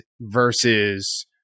versus